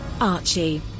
Archie